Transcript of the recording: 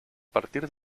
partir